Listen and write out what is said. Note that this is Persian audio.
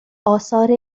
آثار